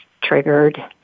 triggered